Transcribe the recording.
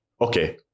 okay